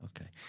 Okay